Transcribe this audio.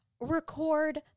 record